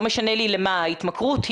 לא משנה לי למה ההתמכרות.